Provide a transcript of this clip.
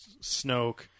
Snoke